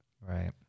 Right